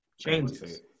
Changes